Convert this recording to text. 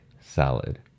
salad